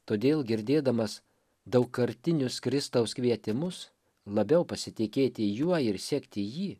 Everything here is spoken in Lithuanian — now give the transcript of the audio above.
todėl girdėdamas daugkartinius kristaus kvietimus labiau pasitikėti juo ir sekti jį